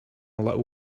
little